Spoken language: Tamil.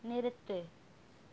நிறுத்து